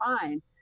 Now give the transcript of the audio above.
fine